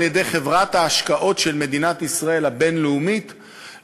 על-ידי חברת ההשקעות הבין-לאומית של מדינת ישראל,